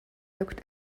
looked